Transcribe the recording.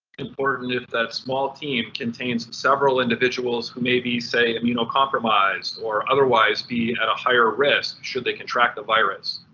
important if that small team contains several individuals who may be say immunocompromised or otherwise be at a higher risk, should they contract the virus.